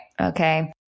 Okay